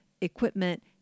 equipment